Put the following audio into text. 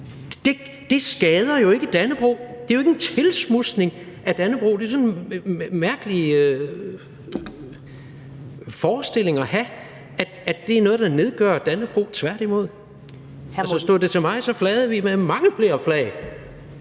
Det skader jo ikke Dannebrog. Det er jo ikke en tilsmudsning af Dannebrog. Det er sådan en mærkelig forestilling at have, at det er noget, der nedgør Dannebrog – tværtimod. Altså, stod det til mig, så flagede vi med mange flere flag.